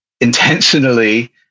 intentionally